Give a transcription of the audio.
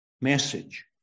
message